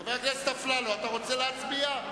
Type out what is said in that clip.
חבר הכנסת אפללו, אתה רוצה להצביע?